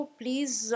please